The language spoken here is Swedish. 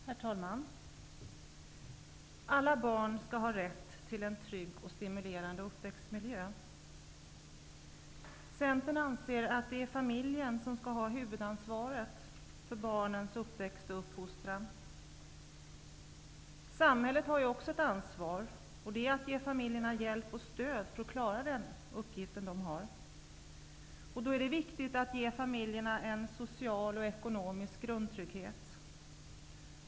Herr talman! Alla barn skall ha rätt till en trygg och stimulerande uppväxtmiljö. Centern anser att det är familjen som skall ha huvudansvaret för barnens uppväxt och uppfostran. Samhället har också ett ansvar, och det är att ge familjerna hjälp och stöd för att de skall klara av denna uppgift. Det är då viktigt att man ger familjerna en social och ekonomisk grundtrygghet.